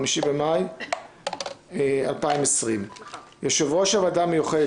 5 במאי 2020. יושב-ראש הוועדה המיוחדת